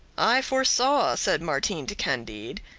i foresaw, said martin to candide,